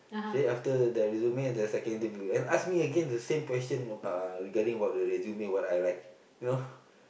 say after the resume the second interview and ask me again the same question you know uh regarding about the resume what I write you know